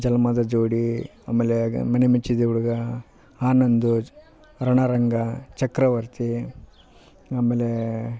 ಜನ್ಮದ ಜೋಡಿ ಆಮೇಲೆ ಮನೆ ಮೆಚ್ಚಿದ ಹುಡುಗ ಆನಂದು ರಣರಂಗ ಚಕ್ರವರ್ತಿ ಆಮೇಲೆ